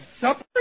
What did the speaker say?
supper